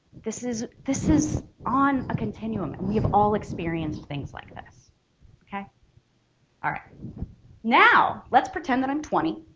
this is this is on a continuum and we have all experienced things like this okay all right now let's pretend that i'm twenty